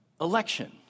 election